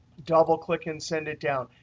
double click, and send it down.